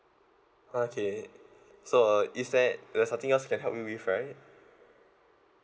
okay so uh is there there's nothing else I can help you with right